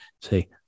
Say